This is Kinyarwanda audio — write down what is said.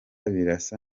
birasa